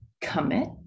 commit